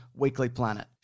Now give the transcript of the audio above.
weeklyplanet